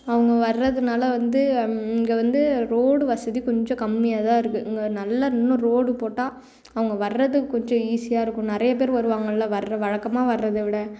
அவங்க வர்றதுனால வந்து இங்கே வந்து ரோடு வசதி கொஞ்சம் கம்மியாக தான் இருக்கு இங்கே நல்ல இன்னும் ரோடு போட்டால் அவங்க வர்றதுக்கு கொஞ்சம் ஈஸியாக இருக்கும் நிறைய பேர் வருவாங்கள்ல வர் வழக்கமாக வர்றதைவிட